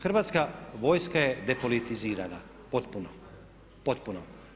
Hrvatska vojska je depolitizirana potpuno, potpuno.